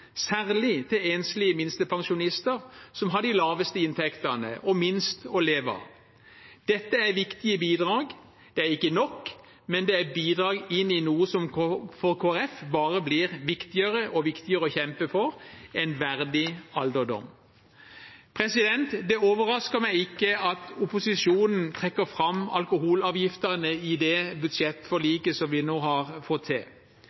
særlig til enslige minstepensjonister, som har de laveste inntektene og minst å leve av. Dette er viktige bidrag. Det er ikke nok, men det er bidrag til noe som for Kristelig Folkeparti bare blir viktigere og viktigere å kjempe for: en verdig alderdom. Det overrasker meg ikke at opposisjonen trekker fram alkoholavgiftene i det budsjettforliket vi nå har fått til.